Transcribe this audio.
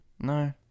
no